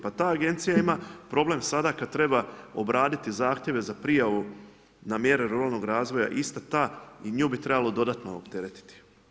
Pa ta agencija ima problem sada kada treba obraditi zahtjeve za prijavu na mjere ruralnog razvoja ista ta i nju bi trebalo dodatno opteretiti.